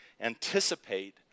anticipate